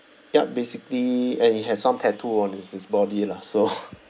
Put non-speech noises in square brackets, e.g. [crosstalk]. yup basically and he has some tattoo on his his body lah so [laughs]